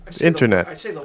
Internet